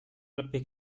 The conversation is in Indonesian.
lebih